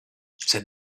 said